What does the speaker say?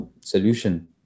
solution